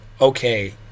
okay